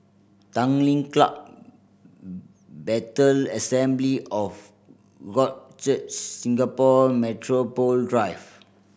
Tanglin Club Bethel Assembly of God Church Singapore Metropole Drive